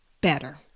better